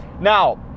Now